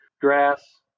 grass